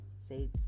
say